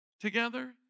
together